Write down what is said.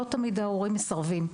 לא תמיד ההורים מסרבים,